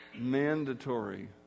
mandatory